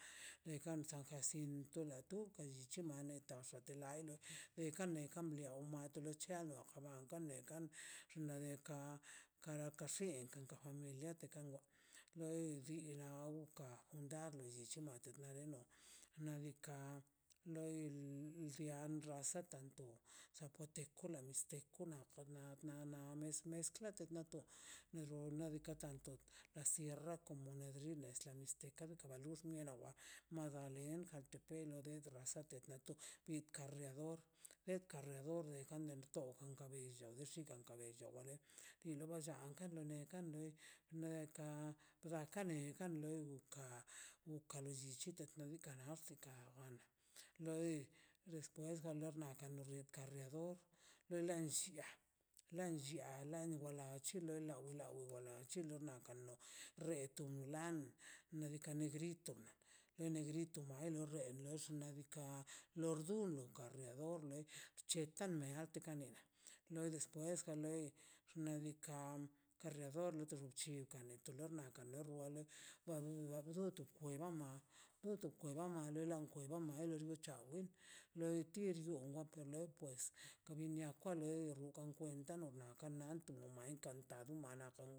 Nekan san jacinto la tu llichi xete laini nekan bekan neaobati neo chaw kan nekan xnaꞌ diikaꞌ kara ka x̱in junto kon familiarte kano loi di wanka dar lo llichi mate ka nadikaꞌ loi rrian asetanto zapoteco mixteco nof fon na- na- na nati nato na xo nadika ka tanto la sierra komo medrinnex te tekara la luz mie wa madalen jamiltepec no dex rasate id karriador e karriador de jamiel tod wxa bi llach tigan ka lloch warer walla kano neka wia neka la wloe ka wka lo llichite na noxtikan wanda loi despues gan lor kan lordika do la len llia lan llia la wala chile wila wila wi wala chile na nakan no re tun la nadika negrito lo negrito maa le no reg xnaꞌ diikaꞌ lor dunlo ka reador bcheta mea tika nea loi ddespues xnaꞌ diika ka rriador xochibka nie wa to lor kalene or walen ba win ba wer lon gama ke punto ke gama lal lkwen gaman el wer char loi tir woker le por kabinia kwale rrukan kwen nano nia ka anto me encatado omana on.